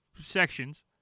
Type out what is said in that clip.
sections